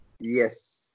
Yes